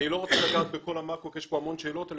אני לא רוצה לגעת בכל המקרו, כי יש פה המון שאלות.